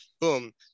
boom